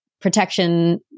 protection